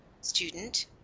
Student